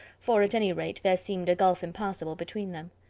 for, at any rate, there seemed a gulf impassable between them.